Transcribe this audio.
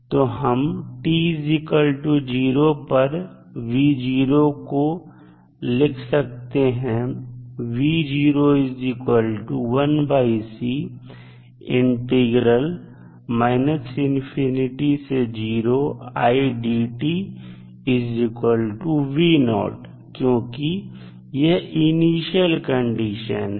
तो हम t0 पर v को लिख सकते हैं क्योंकि यह इनिशियल कंडीशन है